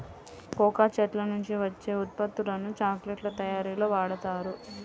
cocoa చెట్ల నుంచి వచ్చే ఉత్పత్తులను చాక్లెట్ల తయారీలో వాడుతారు